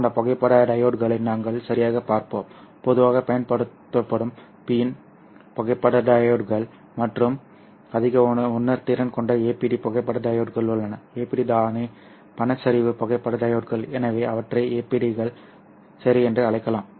அந்த புகைப்பட டையோட்களை நாங்கள் சரியாகப் பார்ப்போம் பொதுவாக பயன்படுத்தப்படும் PIN புகைப்பட டையோட்கள் மற்றும் அதிக உணர்திறன் கொண்ட APD புகைப்பட டையோட்கள் உள்ளன APD தானே பனிச்சரிவு புகைப்பட டையோட்கள் எனவே அவற்றை APD கள் சரி என்று அழைக்கலாம்